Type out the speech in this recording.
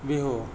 Bihu